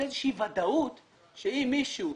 שאם מישהו,